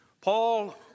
Paul